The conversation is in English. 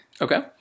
Okay